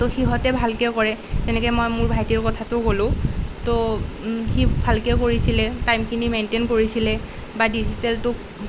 তো সিহঁতে ভালকৈ কৰে যেনেকৈ মই মোৰ ভাইটিৰ কথাটোও ক'লোঁ তো সি ভালকৈ কৰিছিলে টাইমখিনি মেইন্টেইন কৰিছিলে বা ডিজিটেলটোক